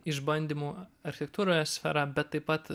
išbandymų architektūroje sfera bet taip pat